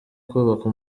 kubaka